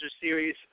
series